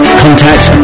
contact